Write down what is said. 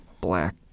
Black